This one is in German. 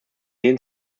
den